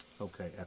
okay